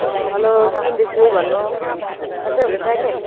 hello सुन्दैछु भन्नु सन्चै हुनुहुन्छ अहिले